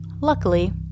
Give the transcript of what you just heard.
Luckily